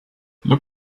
look